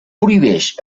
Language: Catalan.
prohibix